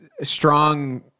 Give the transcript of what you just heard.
strong